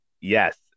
Yes